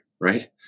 right